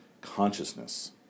consciousness